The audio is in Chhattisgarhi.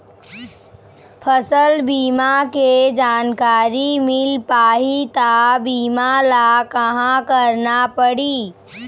फसल बीमा के जानकारी मिल पाही ता बीमा ला कहां करना पढ़ी?